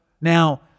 Now